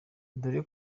dore